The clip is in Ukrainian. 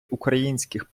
українських